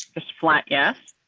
this flat yes,